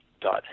dot